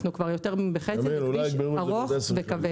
אנחנו כבר יותר מחצי בכביש ארוך וכבד.